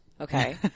Okay